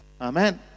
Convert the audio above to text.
Amen